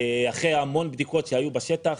אחרי המון בדיקות שהיו בשטח,